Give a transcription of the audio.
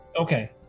Okay